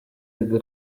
gaga